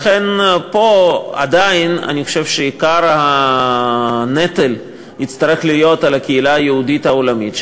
לכן עדיין עיקר הנטל יצטרך להיות על הקהילה היהודית העולמית,